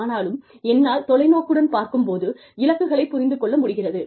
ஆனாலும் என்னால் தொலைநோக்குடன் பார்க்கும் போது இலக்குகளைப் புரிந்துக் கொள்ள முடிகிறது